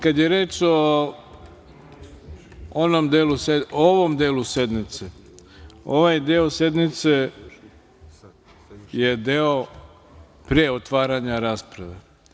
Kada je reč o ovom delu sednice, ovaj deo sednice je deo pre otvaranja rasprave.